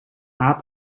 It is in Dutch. aap